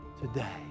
today